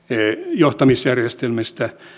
johtamisjärjestelmistä